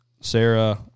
Sarah